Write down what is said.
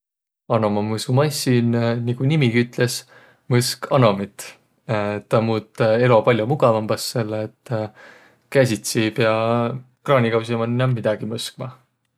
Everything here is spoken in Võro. Anomamõsumassin, nigu nimigi ütles, mõsk anomit. Taa muut elo pall'o mugavambas, selle et käsitsi ei piäq kraanikausi man inämb midägi mõskma.